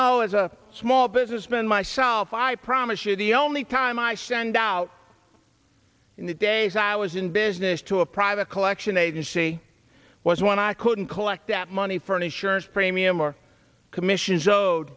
know as a small businessman myself i promise you the only time i stand out in the days i was in business to a private collection agency was when i couldn't collect that money for an insurance premium or commission